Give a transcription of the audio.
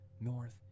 north